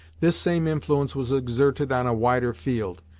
this same influence was exerted on a wider field,